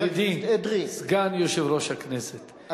ידידי סגן יושב-ראש הכנסת,